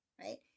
right